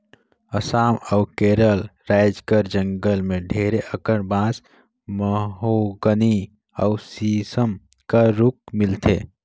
असम अउ केरल राएज कर जंगल में ढेरे अकन बांस, महोगनी अउ सीसम कर रूख मिलथे